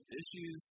issues